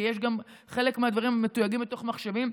כי חלק מהדברים גם מתויגים בתוך מחשבים,